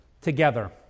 together